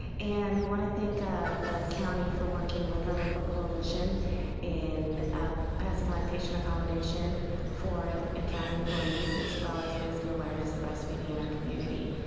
and we wanna thank ah the county for working with our local coalition in ah passing lactation accommodation for and ah county employees as well as raising awareness breastfeeding in our community.